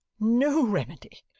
no remedy,